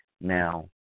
now